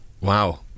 Wow